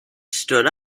stood